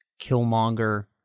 Killmonger